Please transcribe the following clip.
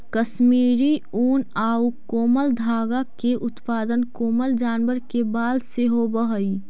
कश्मीरी ऊन आउ कोमल धागा के उत्पादन कोमल जानवर के बाल से होवऽ हइ